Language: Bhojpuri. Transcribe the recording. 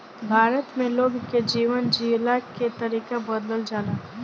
भारत में लोग के जीवन जियला के तरीका बदलल जाला